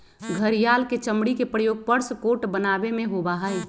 घड़ियाल के चमड़ी के प्रयोग पर्स कोट बनावे में होबा हई